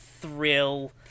thrill